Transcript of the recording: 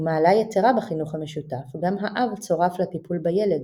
ומעלה יתירה בחינוך המשותף גם האב צורף לטיפול בילד.